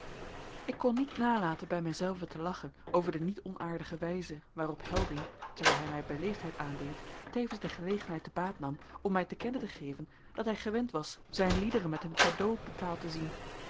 ik kon niet nalaten bij mij zelven te lachen over de niet onaardige wijze waarop helding terwijl hij mij beleefdheid aandeed tevens de gelegenheid te baat nam om mij te kennen te geven dat hij gewend was zijn liederen met een cadeau betaald te zien